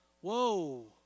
Whoa